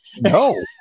No